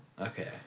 Okay